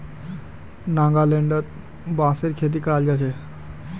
नागालैंडत बांसेर खेती कराल जा छे